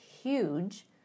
huge